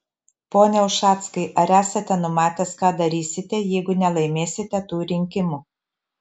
pone ušackai ar esate numatęs ką darysite jeigu nelaimėsite tų rinkimų